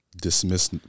Dismiss